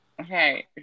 Okay